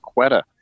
Quetta